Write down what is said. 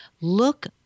look